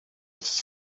iki